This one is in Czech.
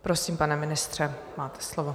Prosím, pane ministře, máte slovo.